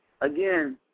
again